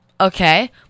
Okay